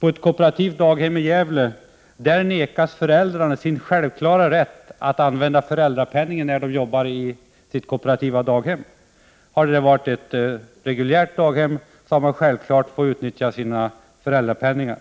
På ett kooperativt daghem i Gävle nekas föräldrar den självklara rätten att använda föräldrapenningen då de jobbar i sitt kooperativa daghem. Hade det varit ett reguljärt daghem hade de självfallet fått utnyttja föräldrapenningen.